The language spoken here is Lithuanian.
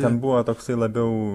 ten buvo toksai labiau